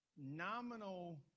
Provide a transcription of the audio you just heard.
Nominal